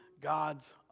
God's